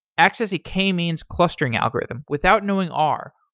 access a k-means clustering algorithm without knowing r,